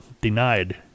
denied